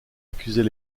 accusait